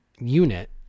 unit